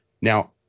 now